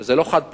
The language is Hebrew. שזה לא חד-פעמי.